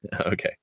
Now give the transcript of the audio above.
Okay